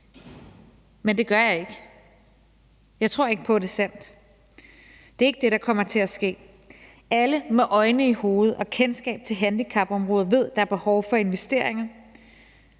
men det gør jeg ikke. Jeg tror ikke på, at det er sandt. Det er ikke det, der kommer til at ske. Alle med øjne i hovedet og kendskab til handicapområdet ved, at der er behov for investeringer.